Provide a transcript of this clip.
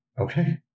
Okay